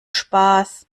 spaß